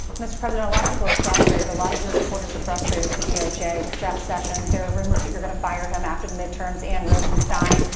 mr. president, a lot of people are frustrated. a lot of your supporters are frustrated with the doj, with jeff sessions. there are rumors that you're going to fire him after the midterms and rosenstein.